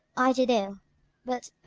i did ill but,